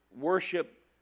worship